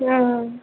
অঁ